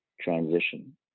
transition